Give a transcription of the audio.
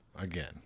Again